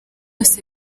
byose